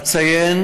אציין